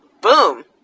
boom